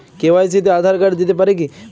KYC তে Aadhaar card দিতে পারি কি?